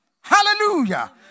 Hallelujah